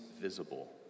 visible